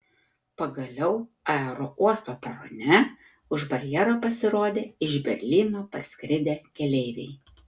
pagaliau aerouosto perone už barjero pasirodė iš berlyno parskridę keleiviai